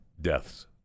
deaths